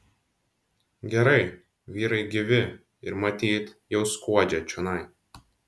gerai vyrai gyvi ir matyt jau skuodžia čionai